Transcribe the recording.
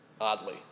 Oddly